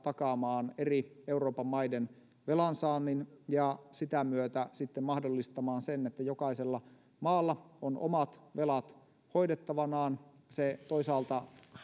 takaamaan eri euroopan maiden velansaannin ja sitä myötä sitten mahdollistamaan sen että jokaisella maalla on omat velat hoidettavanaan se toisaalta